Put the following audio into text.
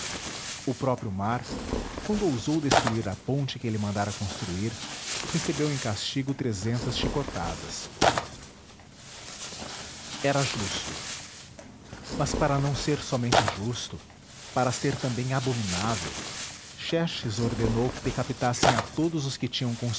o próprio mar quando ousou destruir a ponte que ele mandara construir recebeu em castigo trezentas chicotadas era justo mas para não ser somente justo para ser também abominável xerxes ordenou que decapitassem a todos os que tinham